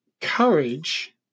courage